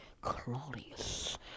Claudius